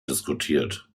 diskutiert